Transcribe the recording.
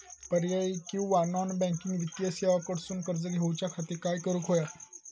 पर्यायी किंवा non banking वित्तीय सेवा कडसून कर्ज घेऊच्या खाती काय करुक होया?